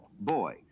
boy